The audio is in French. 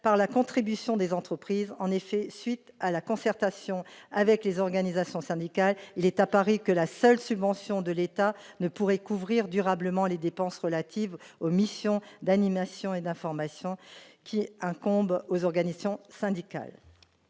par la contribution des entreprises. En effet, à la suite à la concertation avec les organisations syndicales, il est apparu que la seule subvention de l'État ne pourrait couvrir durablement les dépenses relatives aux missions d'animation et d'information qui incombent aux organisations syndicales.